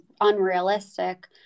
unrealistic